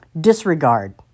disregard